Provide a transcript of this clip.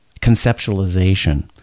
conceptualization